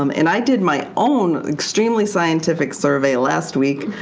um and i did my own extremely scientific survey last week.